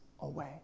away